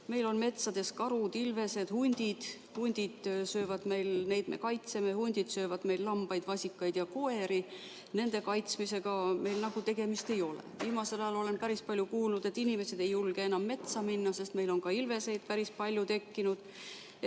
Meil on metsades karud, ilvesed ja hundid. Hundid, keda me kaitseme, söövad meil lambaid, vasikaid ja koeri. Nende kaitsmisega meil aga nagu tegemist ei ole. Viimasel ajal olen päris palju kuulnud, et inimesed ei julge enam metsa minna, sest meil on ka ilveseid päris palju tekkinud.